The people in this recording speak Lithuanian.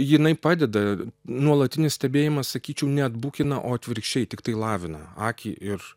jinai padeda nuolatinis stebėjimas sakyčiau neatbukina o atvirkščiai tiktai lavina akį ir